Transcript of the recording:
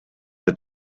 that